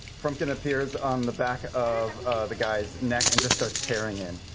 frumpkin appears on the back of the guy's neck and starts tearing in.